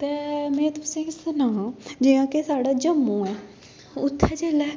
ते में तुसेंगी सनां जियां कि साढ़ा जम्मू ऐ उत्थै जेल्लै